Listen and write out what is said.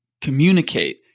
communicate